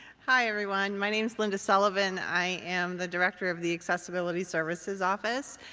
hi, everyone. my name is linda sullivan. i am the director of the accessibility services office.